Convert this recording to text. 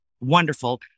wonderful